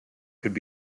could